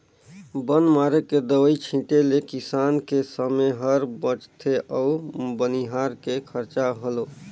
बन मारे के दवई छीटें ले किसान के समे हर बचथे अउ बनिहार के खरचा घलो